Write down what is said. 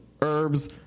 herbs